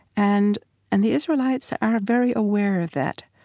and and the israelites are very aware of that.